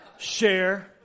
share